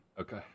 Okay